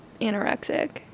anorexic